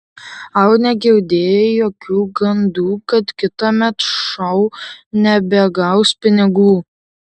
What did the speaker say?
ar negirdėjai jokių gandų kad kitąmet šou nebegaus pinigų